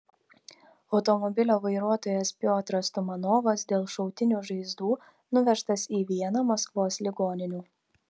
automobilio vairuotojas piotras tumanovas dėl šautinių žaizdų nuvežtas į vieną maskvos ligoninių